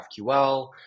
GraphQL